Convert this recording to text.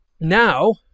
now